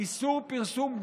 איסור פרסום גורף.